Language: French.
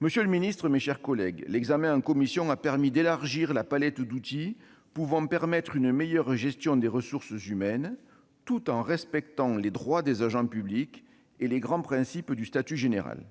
Monsieur le secrétaire d'État, mes chers collègues, l'examen en commission a permis d'élargir la palette d'outils pouvant permettre une meilleure gestion des ressources humaines tout en respectant les droits des agents publics et les grands principes du statut général.